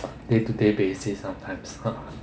day to day basis sometimes